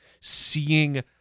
seeing